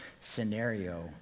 scenario